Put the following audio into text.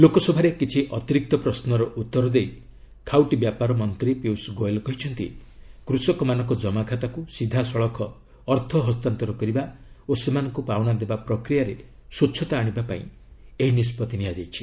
ଲୋକସଭାରେ କିଛି ଅତିରିକ୍ତ ପ୍ରଶ୍ୱର ଉତ୍ତର ଦେଇ ଖାଉଟି ବ୍ୟାପାର ମନ୍ତ୍ରୀ ପିୟୁଷ ଗୋଏଲ କହିଛନ୍ତି କୃଷକମାନଙ୍କ ଜମାଖାତାକୁ ସିଧାସଳଖ ଅର୍ଥ ହସ୍ତାନ୍ତର କରିବା ଓ ସେମାନଙ୍କୁ ପାଉଣା ଦେବା ପ୍ରକ୍ରିୟାରେ ସ୍ୱଚ୍ଚତା ଆଣିବା ପାଇଁ ଏହି ନିଷ୍ପଭି ନିଆଯାଇଛି